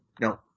No